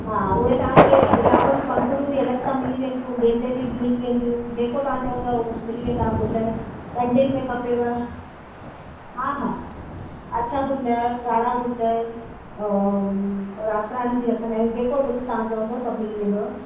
हा उहे तव्हांखे गुलाब जूं पंखुड़ियूं बि अलॻि सां मिली वेंदियूं गेंदे जी बि मिली वेंदियूं जेको तव्हां चवंदव उहा मिली वेंदा गुल डंडिनि में खपेव हा हा अछा गुल गाढ़ा गुल रातराणी बि रखंदा आहियूं जेको गुल तव्हां चवंदव सभु मिली वेंदव